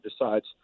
decides